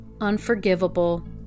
unforgivable